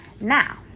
Now